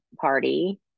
party